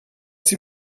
sie